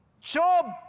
Job